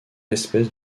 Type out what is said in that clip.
espèces